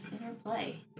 interplay